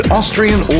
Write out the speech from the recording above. Austrian